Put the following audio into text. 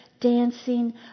dancing